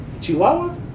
Chihuahua